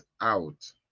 out